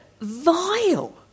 vile